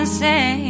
say